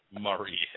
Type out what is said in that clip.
Murray